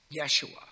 Yeshua